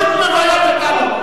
פשוט מבייש אותנו.